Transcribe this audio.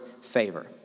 favor